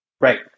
Right